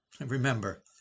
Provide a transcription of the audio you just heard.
remember